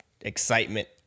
Excitement